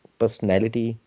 personality